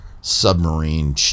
submarine